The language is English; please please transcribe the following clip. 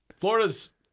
Florida's